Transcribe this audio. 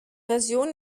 version